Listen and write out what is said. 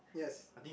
yes